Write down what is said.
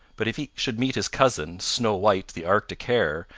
but if he should meet his cousin, snow white the arctic hare,